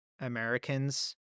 Americans